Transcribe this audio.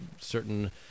certain